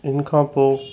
हिन खां पोइ